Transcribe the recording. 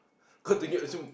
can't keep assume